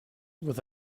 with